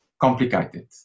complicated